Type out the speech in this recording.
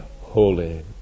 holy